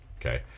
okay